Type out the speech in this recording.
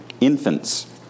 Infants